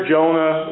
Jonah